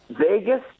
Vegas